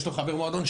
יש לו חבר מועדון,